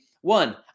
One